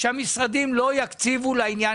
תקציב לרשויות המקומיות,